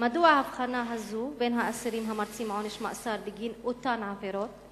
מדוע ההבחנה הזאת בין האסירים המרצים עונש מאסר בגין אותן עבירות?